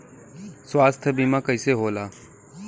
स्वास्थ्य बीमा कईसे होला?